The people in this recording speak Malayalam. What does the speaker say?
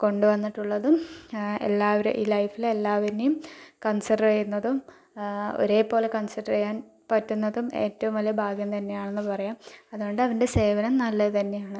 കൊണ്ട് വന്നിട്ടുള്ളതും എല്ലാവരെ ലൈഫിലെ എല്ലാവരിനേം കൺസിഡറെയ്യുന്നതും ഒരേ പോലെ കൺസിഡറെയ്യാൻ പറ്റുന്നതും ഏറ്റവും വലിയ ഭാഗ്യം തന്നെ ആണെന്ന് പറയാം അത്കൊണ്ട് അതിൻ്റെ സേവനം നല്ലത് തന്നെയാണ്